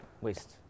waste